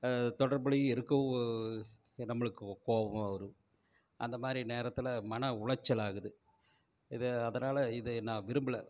தொடர்புலையும் இருக்கணும் நம்மளுக்கு கோவமாக வரும் அந்தமாதிரி நேரத்தில் மன உளைச்சல் ஆகுது இது அதனாலே இதை நான் விரும்பலை